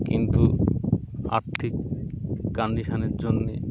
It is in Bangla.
কিন্তু আর্থিক কনডিশানের জন্যে